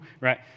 right